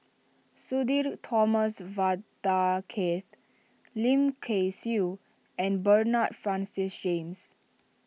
Sudhir Thomas Vadaketh Lim Kay Siu and Bernard Francis James